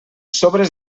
sobres